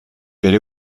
bere